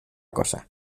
cosa